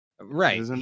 Right